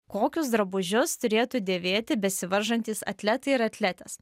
kokius drabužius turėtų dėvėti besivaržantys atletai ir atletės